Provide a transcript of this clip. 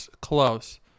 Close